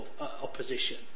opposition